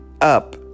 up